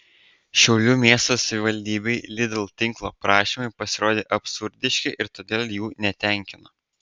šiaulių miesto savivaldybei lidl tinklo prašymai pasirodė absurdiški ir todėl jų netenkino